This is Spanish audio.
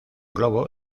globo